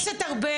חבר הכנסת ארבל,